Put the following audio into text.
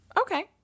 Okay